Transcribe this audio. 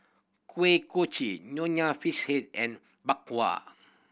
Kuih Kochi Nonya Fish Head and Bak Kwa